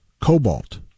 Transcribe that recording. cobalt